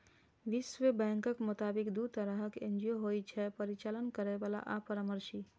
विश्व बैंकक मोताबिक, दू तरहक एन.जी.ओ होइ छै, परिचालन करैबला आ परामर्शी